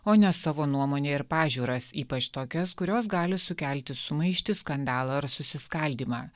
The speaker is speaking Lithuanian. o ne savo nuomonę ir pažiūras ypač tokias kurios gali sukelti sumaištį skandalą ar susiskaldymą